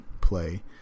play